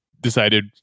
decided